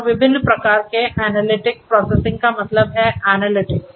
और विभिन्न प्रकार के एनालिटिक्स प्रोसेसिंग का मतलब है एनालिटिक्स